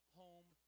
home